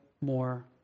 more